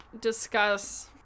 discuss